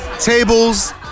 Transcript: tables